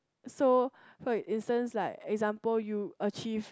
so for instance like example you achieve